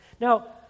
Now